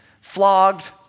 flogged